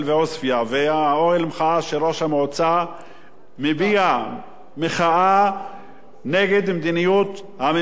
המועצה מביעים מחאה נגד מדיניות הממשלה שמפלה אותם לרעה.